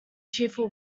cheerful